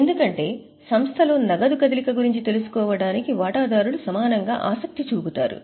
ఎందుకంటే సంస్థ లో నగదు కదలిక గురించి తెలుసుకోవటానికి వాటాదారులు సమానంగా ఆసక్తి చూపుతారు